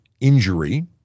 injury